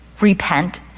repent